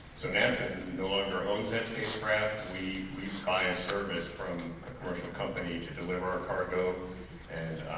so nasa no longer owns that spacecraft we buy a service from commercial company to deliver our cargo and